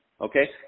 okay